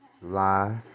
Live